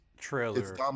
trailer